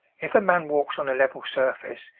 if a man walks on a level surface,